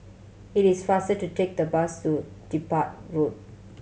it is faster to take the bus to Dedap Road